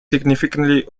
significantly